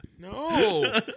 No